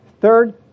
Third